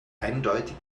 eindeutig